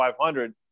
500